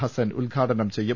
ഹസൻ ഉദ്ഘാടനം ചെയ്യും